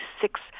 six